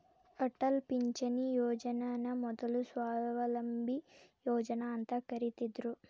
ಅಟಲ್ ಪಿಂಚಣಿ ಯೋಜನನ ಮೊದ್ಲು ಸ್ವಾವಲಂಬಿ ಯೋಜನಾ ಅಂತ ಕರಿತ್ತಿದ್ರು